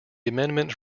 amendment